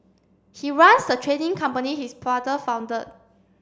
he runs the trading company his father founded